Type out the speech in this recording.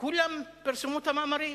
כולם פרסמו את המאמרים,